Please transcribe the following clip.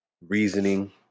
reasoning